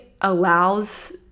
allows